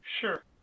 Sure